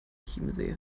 chiemsee